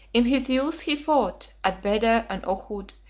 in his youth he fought, at beder and ohud,